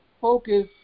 focus